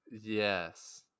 yes